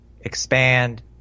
expand